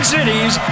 Cities